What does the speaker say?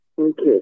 Okay